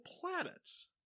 planets